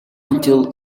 until